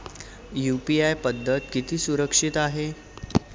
UPI पद्धत किती सुरक्षित आहे?